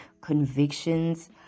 convictions